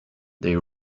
they